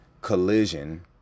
collision